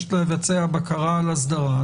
מבקשת לבצע בקרה על אסדרה,